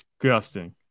Disgusting